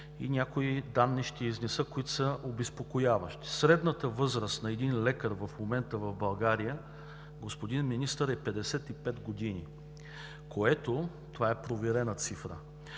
някои данни, които са обезпокояващи. Средната възраст на един лекар в момента в България, господин Министър, е 55 години. Това е проверена цифра,